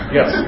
Yes